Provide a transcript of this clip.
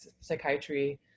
psychiatry